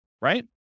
right